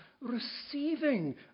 receiving